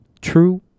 True